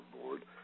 board